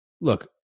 look